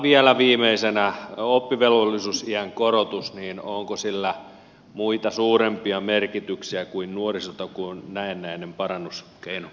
vielä viimeisenä oppivelvollisuusiän korotus onko sillä muita suurempia merkityksiä kuin nuorisotakuun näennäinen parannuskeino